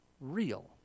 real